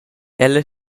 ella